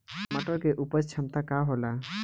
मटर के उपज क्षमता का होला?